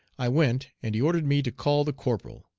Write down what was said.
i went, and he ordered me to call the corporal.